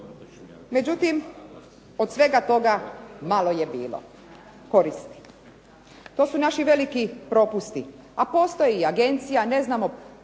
Međutim, od svega toga malo je bilo koristi. To su naši veliki propusti. A postoji agencija ne znamo,